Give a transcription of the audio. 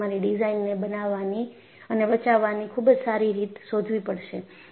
તમારે તમારી ડિઝાઈનને બનાવવાની અને બચાવની ખુબ જ સારી રીત શોધવી પડશે